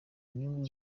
nyungu